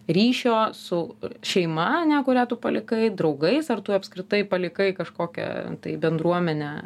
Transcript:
ryšio su šeima ane kurią tu palikai draugais ar tu apskritai palikai kažkokią tai bendruomenę